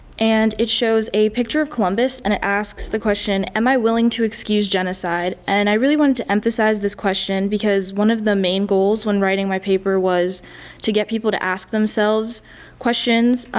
and it shows a picture of columbus and it asks the question, am i willing to excuse genocide? and i really wanted to emphasize this question because one of the main goals when writing my paper was to get people to ask themselves questions,